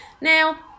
Now